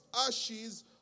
ashes